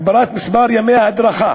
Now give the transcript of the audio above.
להגביר את מספר ימי ההדרכה